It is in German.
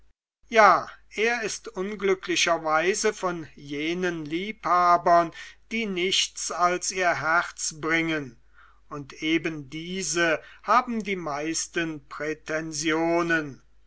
ja er ist unglücklicherweise von jenen liebhabern die nichts als ihr herz bringen und eben diese haben die meisten